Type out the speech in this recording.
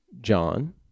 John